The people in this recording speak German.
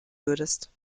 würdest